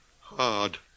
hard